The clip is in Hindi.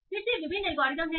फिर से विभिन्न एल्गोरिदम हैं